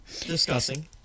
Discussing